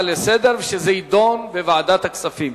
לסדר-היום וזה יידון בוועדת הכספים.